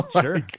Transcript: Sure